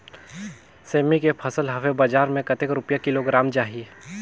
सेमी के फसल हवे बजार मे कतेक रुपिया किलोग्राम जाही?